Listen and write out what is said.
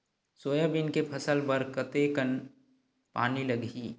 Soybean के फसल बर कतेक कन पानी लगही?